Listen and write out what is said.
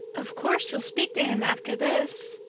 of course you'll speak to him after this.